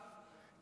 שבמקרה